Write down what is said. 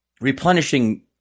replenishing